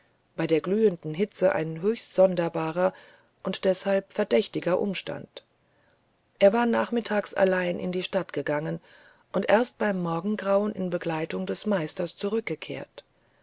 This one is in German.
bei der glühenden hitze ein höchst sonderbarer und deshalb verdächtiger umstand er war nachmittags allein in die stadt gegangen und erst beim morgengrauen in begleitung des meisters zurückgekehrt